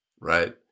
right